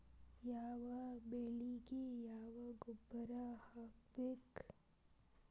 ಯಾವ ಬೆಳಿಗೆ ಯಾವ ಗೊಬ್ಬರ ಹಾಕ್ಬೇಕ್?